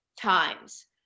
times